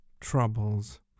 troubles